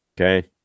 okay